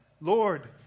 Lord